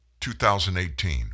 2018